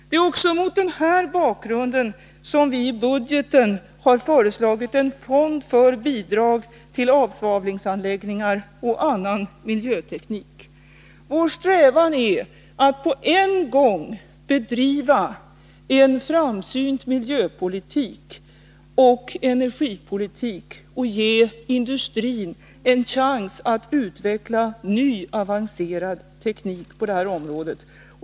Det är även mot den här bakgrunden som vi i budgetpropositionen har föreslagit en fond för bidrag till avsvavlingsanläggningar och annan miljöteknik. Vår strävan är att på en gång bedriva en framsynt miljöpolitik och energipolitik samt ge industrin en chans att utveckla ny avancerad teknik på detta område.